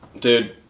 Dude